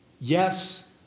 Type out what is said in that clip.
Yes